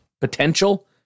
potential